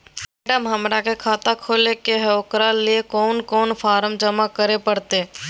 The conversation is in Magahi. मैडम, हमरा के खाता खोले के है उकरा ले कौन कौन फारम जमा करे परते?